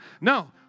No